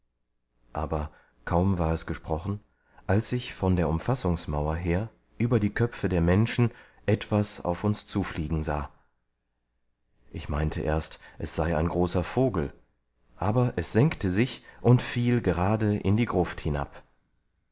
aber kaum war es gesprochen als ich von der umfassungsmauer her über die köpfe der menschen etwas auf uns zufliegen sah ich meinte erst es sei ein großer vogel aber es senkte sich und fiel grade in die gruft hinab